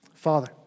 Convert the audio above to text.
Father